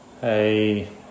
Hey